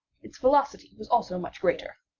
its velocity was also much greater.